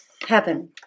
heaven